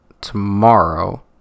tomorrow